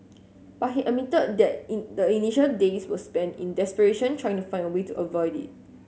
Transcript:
but he admitted that in the initial days were spent in desperation trying to find a way to avoid it